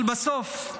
אבל בסוף,